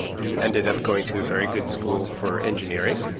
he ended up going to a very good school for engineering,